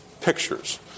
pictures